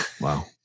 wow